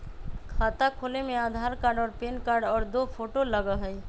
खाता खोले में आधार कार्ड और पेन कार्ड और दो फोटो लगहई?